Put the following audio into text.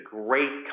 great